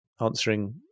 answering